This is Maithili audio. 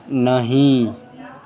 नहि